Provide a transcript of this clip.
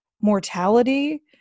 mortality